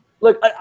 Look